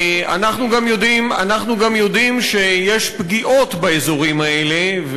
אנחנו גם יודעים שיש פגיעות באזורים האלה,